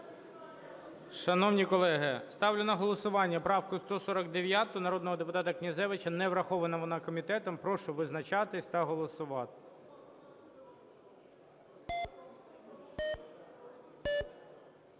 Шановні колеги, ставлю на голосування правку 149 народного депутата Князевича. Не врахована вона комітетом. Прошу визначатись та голосувати.